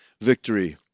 victory